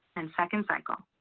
and second cycle,